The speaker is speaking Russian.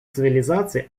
цивилизации